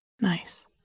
Nice